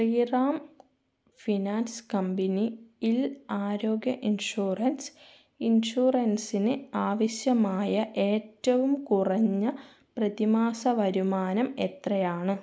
Sriram finance കമ്പനിയിൽ ആരോഗ്യ insurance ഇൻഷുറൻസിന് ആവശ്യമായ ഏറ്റവും കുറഞ്ഞ പ്രതിമാസ വരുമാനം എത്രയാണ്